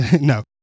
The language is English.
no